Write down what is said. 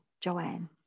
Joanne